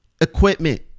equipment